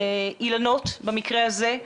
אילנות במקרה הזה,